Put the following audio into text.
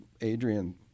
Adrian